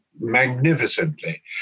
magnificently